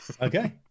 Okay